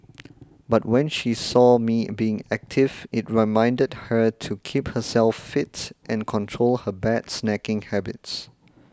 but when she saw me being active it reminded her to keep herself fit and control her bad snacking habits